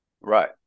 Right